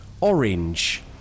Orange